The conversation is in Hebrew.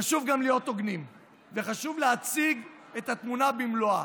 חשוב גם להיות הוגנים וחשוב להציג את התמונה במלואה.